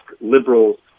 liberals